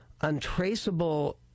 untraceable